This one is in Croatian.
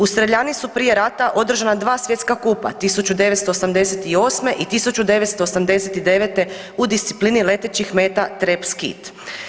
U streljani su prije rata održana 2 svjetska kupa, 1988. i 1989. u disciplini letećih meta „trap skeet“